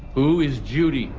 who is judy?